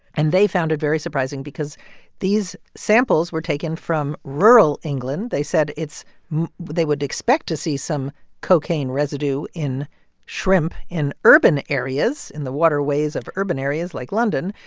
and they found it very surprising because these samples were taken from rural england. they said it's they would expect to see some cocaine residue in shrimp in urban areas, in the waterways of urban areas like london.